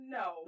no